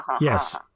Yes